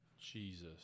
Jesus